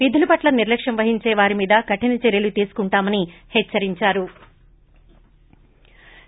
విధుల పట్ల నిర్లక్ష్యం వహించే వారి మీద కఠిన చర్యలు తీసుకుంటామని హెచ్చరించారు